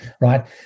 right